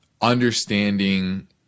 understanding